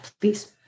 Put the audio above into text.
please